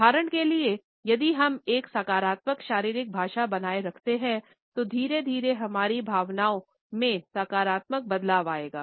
उदाहरण के लिए यदि हम एक सकारात्मक शारीरिक भाषा बनाए रखते हैं तो धीरे धीरे हमारी भावनाओं में सकारात्मक बदलाव आएगा